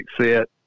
set